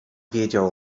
wiedział